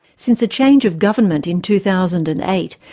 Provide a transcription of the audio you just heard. since the change of government in two thousand and eight,